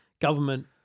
government